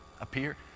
appear